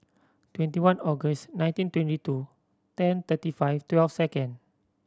twenty one August nineteen twenty two ten thirty five twelve second